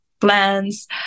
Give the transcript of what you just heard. plans